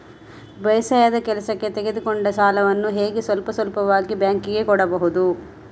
ಬೇಸಾಯದ ಕೆಲಸಕ್ಕೆ ತೆಗೆದುಕೊಂಡ ಸಾಲವನ್ನು ಹೇಗೆ ಸ್ವಲ್ಪ ಸ್ವಲ್ಪವಾಗಿ ಬ್ಯಾಂಕ್ ಗೆ ಕೊಡಬಹುದು?